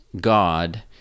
God